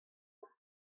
vont